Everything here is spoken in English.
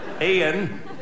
Ian